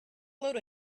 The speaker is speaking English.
load